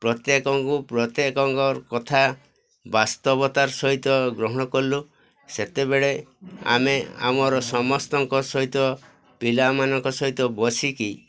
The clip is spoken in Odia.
ପ୍ରତ୍ୟେକଙ୍କୁ ପ୍ରତ୍ୟେକଙ୍କର କଥା ବାସ୍ତବତାର ସହିତ ଗ୍ରହଣ କଲୁ ସେତେବେଳେ ଆମେ ଆମର ସମସ୍ତଙ୍କ ସହିତ ପିଲାମାନଙ୍କ ସହିତ ବସିକି